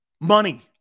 money